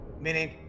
meaning